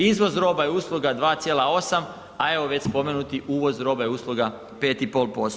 Izvoz roba i usluga 2,8, a evo već spomenuti uvoz roba i usluga 5,5%